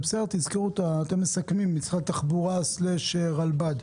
אתם מסכמים, משרד התחבורה והרלב"ד.